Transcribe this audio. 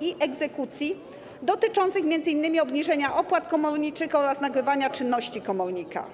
i egzekucji dotyczących m.in. obniżenia opłat komorniczych oraz nagrywania czynności komornika.